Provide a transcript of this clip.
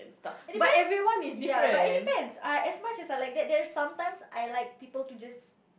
it depends ya but it depends I as much as I like there's sometimes I like people to just